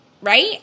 right